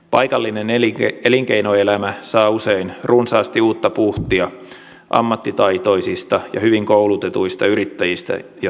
paikallinen elinkeinoelämä saa usein runsaasti uutta puhtia ammattitaitoisista ja hyvin koulutetuista yrittäjistä ja työntekijöistä